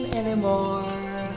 anymore